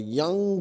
young